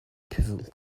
pivot